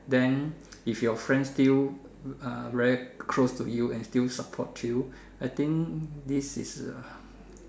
then if your friend still very close to you and still support you I think this is a